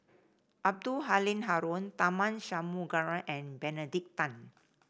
Abdul Halim Haron Tharman Shanmugaratnam and Benedict Tan